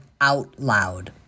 OUTLOUD